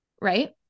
right